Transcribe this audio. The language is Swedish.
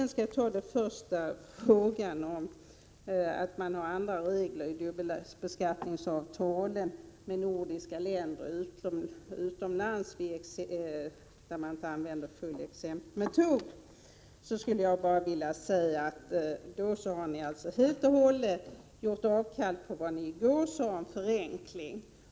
När det gäller frågan att man har andra regler i dubbelbeskattningsavtalen med de nordiska länderna, där man inte fullt ut använder exemptmetoden, vill jag påpeka att ni helt och hållet gjort avkall på vad ni i går sade om förenkling.